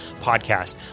podcast